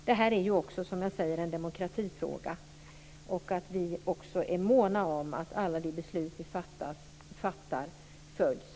Detta är ju också, som jag säger, en demokratifråga. Vi måste också vara måna om att alla de beslut vi fattar följs.